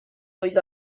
oedd